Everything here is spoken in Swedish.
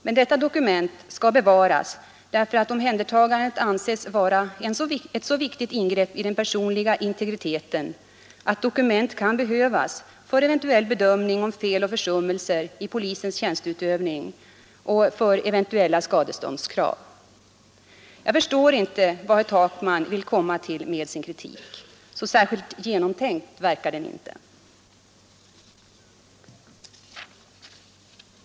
Men detta dokument skall bevaras därför att omhändertagandet anses vara ett så viktigt ingrepp i den personliga integriteten att dokument kan behövas för eventuell bedömning av fel och försummelser i polisens tjänsteutövning och av skadeståndskrav. Jag förstår inte vad herr Takman vill komma till med denna sin kritik. Så särskilt genomtänkt verkar den inte.